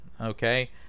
okay